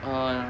ah